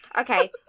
Okay